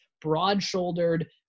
broad-shouldered